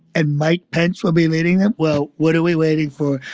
and mike pence will be leading them. well, what are we waiting for?